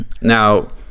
now